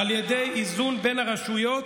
על ידי איזון בין הרשויות.